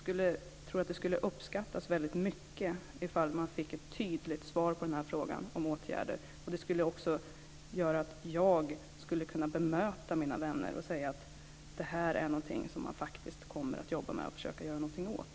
Jag tror att det skulle uppskattas väldigt mycket om man fick ett tydligt svar på den här frågan om åtgärder. Det skulle också göra att jag skulle kunna bemöta mina vänner och säga att detta är någonting som man faktiskt kommer att jobba med och försöka göra någonting åt.